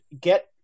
get